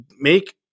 make